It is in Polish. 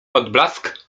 odblask